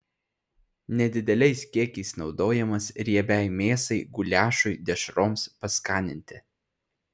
nedideliais kiekiais naudojamas riebiai mėsai guliašui dešroms paskaninti